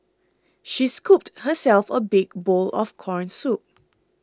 she scooped herself a big bowl of Corn Soup